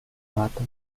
lata